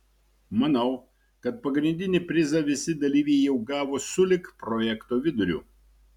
manau kad pagrindinį prizą visi dalyviai jau gavo sulig projekto viduriu